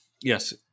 Yes